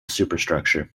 superstructure